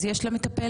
אז יש לה מטפלת?